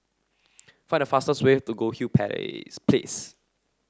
find the fastest way to Goldhill please